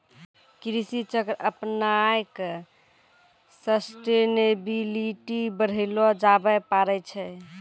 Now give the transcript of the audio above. कृषि चक्र अपनाय क सस्टेनेबिलिटी बढ़ैलो जाबे पारै छै